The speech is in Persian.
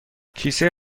کیسه